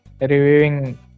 reviewing